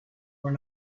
were